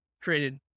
created